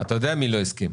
אתה יודע מי לא הסכים.